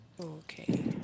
Okay